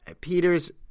Peters